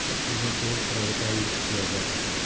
ہر چیزوں کو پرائیوٹائز کیا جا رہا ہے